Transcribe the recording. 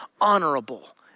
honorable